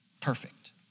perfect